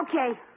Okay